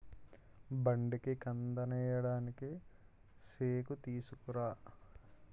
బండికి కందినేయడానికి సేకుతీసుకురా